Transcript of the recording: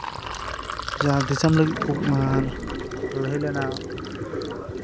ᱡᱟᱦᱟᱸ ᱫᱤᱥᱚᱢ ᱞᱟᱹᱜᱤᱫ ᱠᱚ ᱟᱨ ᱞᱟᱹᱲᱦᱟᱹᱭ ᱞᱮᱱᱟ